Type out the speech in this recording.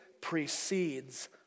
precedes